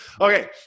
Okay